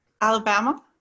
Alabama